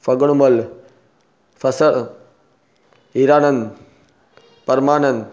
फगुण मल फ़सरु हीरानंद परमानंद